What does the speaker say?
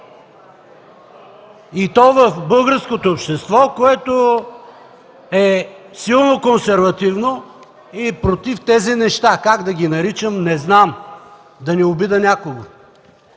И то в българското общество, което е силно консервативно и е против тези неща – как да ги наричам, не знам, да не обидя някого.